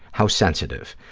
how sensitive.